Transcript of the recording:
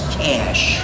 cash